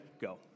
Go